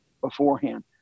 beforehand